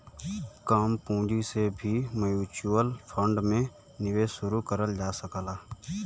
कम पूंजी से भी म्यूच्यूअल फण्ड में निवेश शुरू करल जा सकला